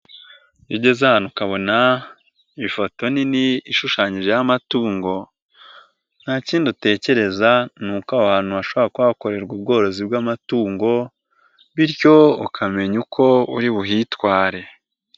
Iyo ugezehe hano ukabona ifoto nini ishushanyijeho amatungo, nta kindi utekereza nuko aho hantu hashobora kuba hakorerwa ubworozi bw'amatungo, bityo ukamenya uko uri buhitware.